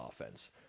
offense